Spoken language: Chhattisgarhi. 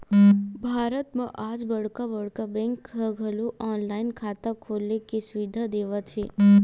भारत म आज बड़का बड़का बेंक ह घलो ऑनलाईन खाता खोले के सुबिधा देवत हे